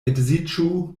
edziĝu